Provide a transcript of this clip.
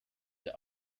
der